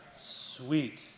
sweet